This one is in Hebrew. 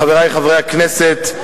חברי חברי הכנסת,